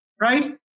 right